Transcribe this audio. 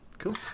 cool